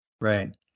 Right